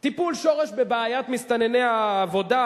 טיפול שורש בבעיית מסתנני העבודה,